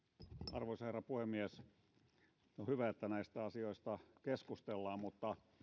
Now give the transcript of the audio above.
arvoisa herra puhemies on hyvä että näistä asioista keskustellaan mutta